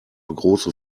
große